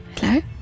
Hello